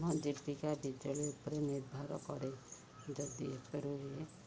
ଆମ ମଜ୍ରିକା ଡିଜେଲ୍ ଉପରେ ନିର୍ଭର କରେ ଯଦିଥିରୁ ତେବେ